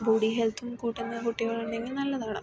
body ഹെൽത്തും കൂട്ടുന്ന കുട്ടികൾ ഉണ്ടെങ്കിൽ നല്ലതാണ്